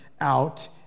out